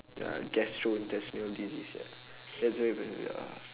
ya gastro intestinal disease